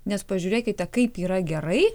nes pažiūrėkite kaip yra gerai